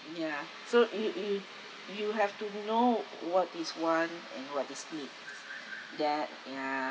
ya so you you you have to know what is want and what is needs that ya